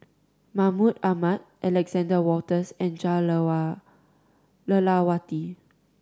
Mahmud Ahmad Alexander Wolters and Jah Lelawati